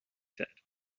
said